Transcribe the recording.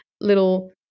little